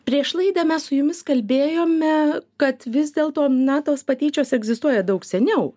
prieš laidą mes su jumis kalbėjome kad vis dėlto na tos patyčios egzistuoja daug seniau